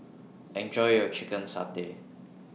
Enjoy your Chicken Satay